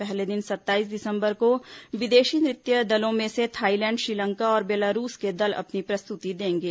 पहले दिन सत्ताईस दिसंबर को विदेशी नृत्य दलों में से थाईलैंड श्रीलंका और बेलारूस के दल अपनी प्रस्तुति देंगे